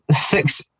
Six